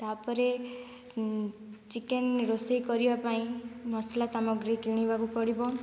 ତାପରେ ଚିକେନ୍ ରୋଷେଇ କରିବା ପାଇଁ ମସଲା ସାମଗ୍ରୀ କିଣିବାକୁ ପଡ଼ିବ